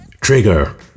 Trigger